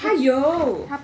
他有